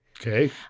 Okay